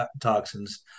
toxins